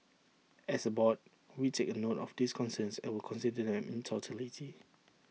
as A board we take note of these concerns and will consider them in totality